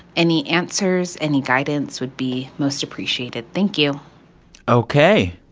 any answers, any guidance would be most appreciated. thank you ok.